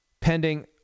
pending